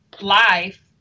life